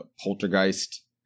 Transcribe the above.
poltergeist